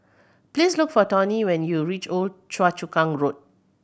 please look for Toney when you reach Old Choa Chu Kang Road